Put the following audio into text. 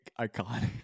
iconic